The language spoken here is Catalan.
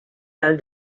del